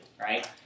right